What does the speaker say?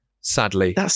sadly